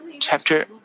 Chapter